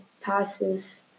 passes